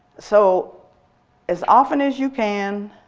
so as often as you can,